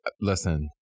listen